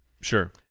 Sure